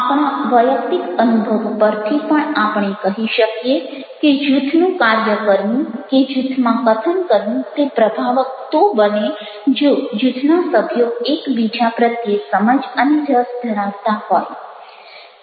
આપણા વૈયક્તિક અનુભવ પરથી પણ આપણે કહી શકીએ કે જૂથનું કાર્ય કરવું કે જૂથમાં કથન કરવું તે પ્રભાવક તો બંને જો જૂથના સભ્યો એકબીજા પ્રત્યે સમજ અને રસ ધરાવતા હોય